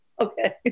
Okay